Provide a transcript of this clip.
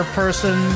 person